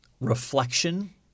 reflection